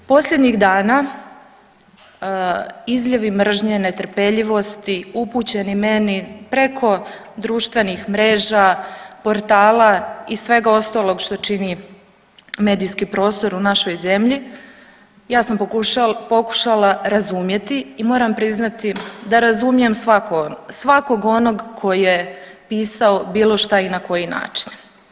Posljednjih dana izljevi mržnje, netrpeljivosti upućeni meni preko društvenih mreža, portala i svega ostalog što čini medijski prostor u našoj zemlji ja sam pokušala razumjeti i moram priznati da razumijem svakog onog tko je pisao bilo šta i na koji način.